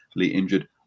injured